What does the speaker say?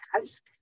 ask